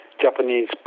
Japanese